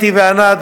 אתי וענת,